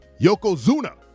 Yokozuna